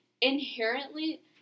inherently